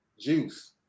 juice